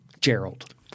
Gerald